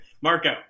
Marco